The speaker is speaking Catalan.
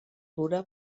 dura